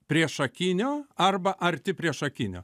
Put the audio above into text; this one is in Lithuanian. priešakinio arba arti priešakinio